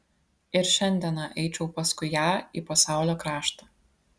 ir šiandieną eičiau paskui ją į pasaulio kraštą